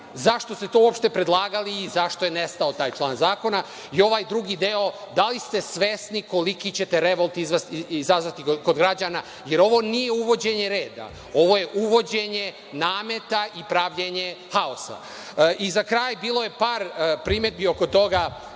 Zašto ste to uopšte predlagali i zašto je nestao taj član zakona? Ovaj drugi deo, da li ste svesni koliki ćete revolt izazvati kod građana, jer ovo nije uvođenje reda, ovo je uvođenje nameta i pravljenje haosa.Za kraj, bilo je par primedbi oko toga,